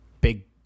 big